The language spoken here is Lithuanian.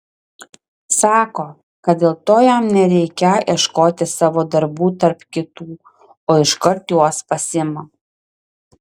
sako kad dėl to jam nereikią ieškoti savo darbų tarp kitų o iškart juos pasiima